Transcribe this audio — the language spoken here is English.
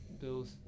Bills